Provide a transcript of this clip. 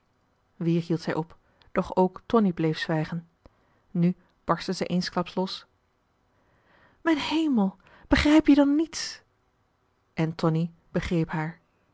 weer hield zij op doch ook tonie bleef zwijgen nu barstte zij eensklaps los mijn hemel begrijp je dan niets en tonie begreep haar